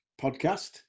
podcast